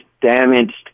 damaged